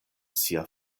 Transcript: sia